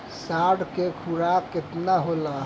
साँढ़ के खुराक केतना होला?